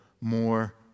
more